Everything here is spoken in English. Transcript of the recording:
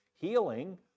healing